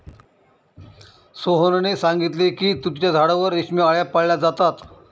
सोहनने सांगितले की तुतीच्या झाडावर रेशमी आळया पाळल्या जातात